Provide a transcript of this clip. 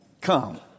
come